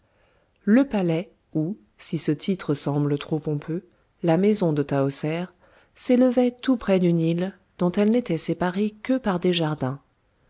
le palais ou si ce titre semble trop pompeux la maison de tahoser s'élevait tout près du nil dont elle n'était séparée que par des jardins